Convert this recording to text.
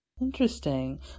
interesting